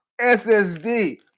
ssd